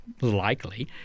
likely